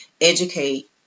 educate